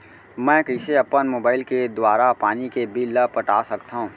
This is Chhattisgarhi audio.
मैं कइसे अपन मोबाइल के दुवारा पानी के बिल ल पटा सकथव?